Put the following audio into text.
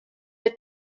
der